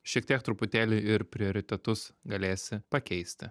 šiek tiek truputėlį ir prioritetus galėsi pakeisti